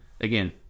again